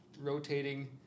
rotating